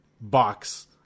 box